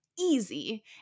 easy